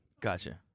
Gotcha